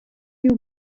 you